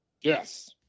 Yes